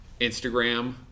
Instagram